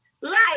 life